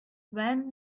when